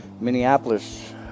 minneapolis